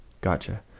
Gotcha